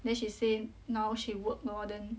then she say now she work northern